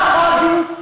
לא הודו,